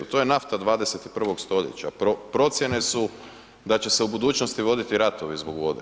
To je nafta 21. stoljeća, procjene su da će se u budućnosti voditi ratovi zbog vode.